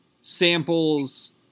samples